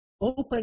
open